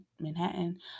Manhattan